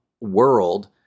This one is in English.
world